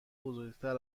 بزرگتر